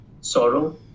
sorrow